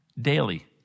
daily